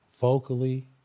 Vocally